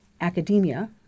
academia